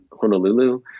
Honolulu